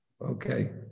Okay